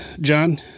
John